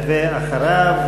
אחריו,